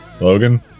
Logan